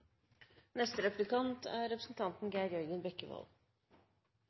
Neste taler er representanten